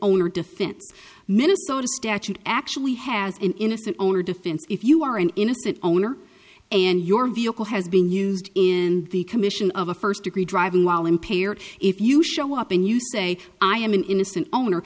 or defense minnesota statute actually has an innocent owner defense if you are an innocent owner and your vehicle has been used in the commission of a first degree driving while impaired if you show up and you say i am an innocent owner